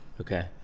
okay